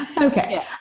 Okay